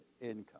income